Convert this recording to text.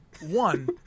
One